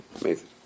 amazing